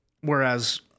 whereas